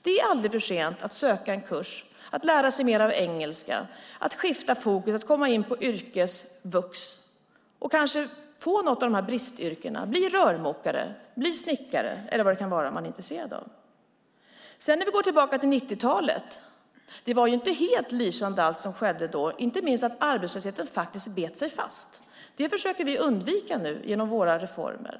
Det är aldrig för sent att söka en kurs, att lära sig mer engelska, att skifta fokus, att komma in på yrkesvux och utbilda sig till ett bristyrke, rörmokare eller snickare eller något annat man är intresserad av. Allt som skedde under 90-talet var inte helt lysande, inte minst att arbetslösheten bet sig fast. Det försöker vi undvika nu genom våra reformer.